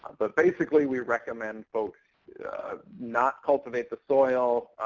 but basically we recommend folks not cultivate the soil,